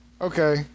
Okay